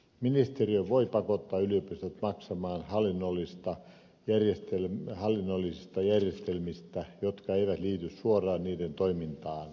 ministeriö voi pakottaa yliopistot maksamaan hallinnollisista järjestelmistä jotka eivät liity suoraan niiden toimintaan